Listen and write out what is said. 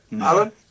Alan